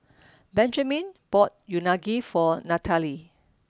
Benjiman bought Unagi for Nathaly